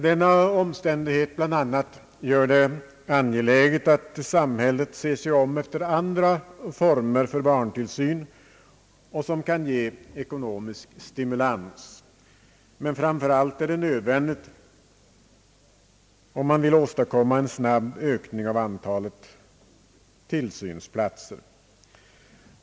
Denna omständighet bl.a. gör det angeläget att samhället ser sig om efter andra former för barntillsyn vilka kan ge ekonomisk stimulans, men framför allt är detta nödvändigt om vi vill åstadkomma en snabb ökning av antalet tillsynsplatser.